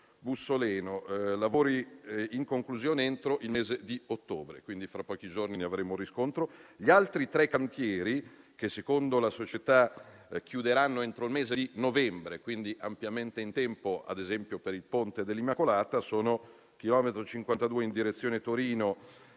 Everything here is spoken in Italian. Bussoleno, lavori in conclusione entro il mese di ottobre (quindi fra pochi giorni ne avremo un riscontro). Gli altri tre cantieri, che secondo la società chiuderanno entro il mese di novembre (quindi ampiamente in tempo, ad esempio, per il ponte dell'Immacolata) sono i seguenti.